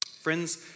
Friends